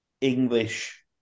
English